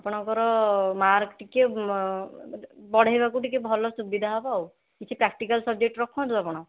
ଆପଣଙ୍କର ମାର୍କ୍ ଟିକିଏ ବଢ଼ାଇବାକୁ ଟିକିଏ ଭଲ ସୁବିଧା ହେବ ଆଉ କିଛି ପ୍ରାକ୍ଟିକାଲ୍ ସବ୍ଜେକ୍ଟ୍ ରଖନ୍ତୁ ଆପଣ